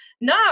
No